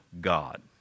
God